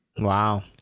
Wow